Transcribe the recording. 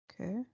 Okay